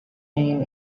been